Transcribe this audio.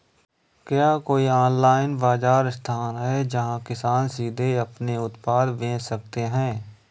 क्या कोई ऑनलाइन बाज़ार स्थान है जहाँ किसान सीधे अपने उत्पाद बेच सकते हैं?